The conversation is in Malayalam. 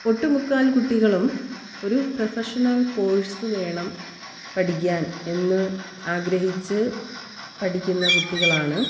ഒട്ടുമുക്കാൽ കുട്ടികളും ഒരു പ്രൊഫഷണൽ കോഴ്സ് വേണം പഠിക്കാൻ എന്ന് ആഗ്രഹിച്ച് പഠിക്കുന്ന കുട്ടികളാണ്